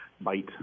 bite